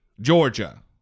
Georgia